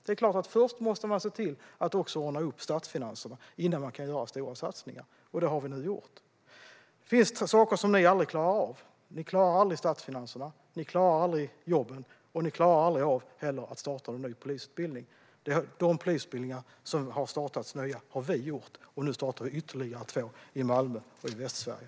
Det är klart att man måste ordna upp statsfinanserna innan man kan göra stora satsningar, och det har vi gjort nu. Det finns saker som ni aldrig klarar av. Ni klarar aldrig statsfinanserna, ni klarar aldrig jobben och ni klarar heller aldrig att starta någon ny polisutbildning. De nya polisutbildningar som har startats har vi ordnat, och nu startar vi ytterligare två i Malmö och Västsverige.